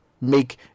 make